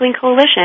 Coalition